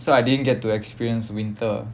so I didn't get to experience winter